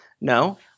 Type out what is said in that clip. no